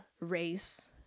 race